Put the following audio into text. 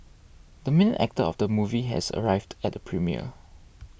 the main actor of the movie has arrived at the premiere